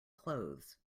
clothes